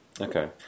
okay